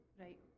Right